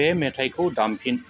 बे मेथायखौ दामफिन